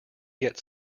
yet